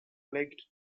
lake